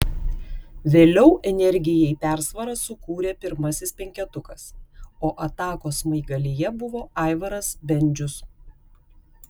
vėliau energijai persvarą sukūrė pirmasis penketukas o atakos smaigalyje buvo aivaras bendžius